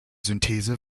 synthese